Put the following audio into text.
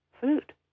food